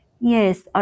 yes